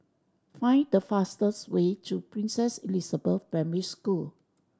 find the fastest way to Princess Elizabeth Primary School